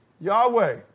Yahweh